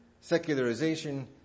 secularization